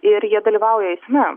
ir jie dalyvauja eisme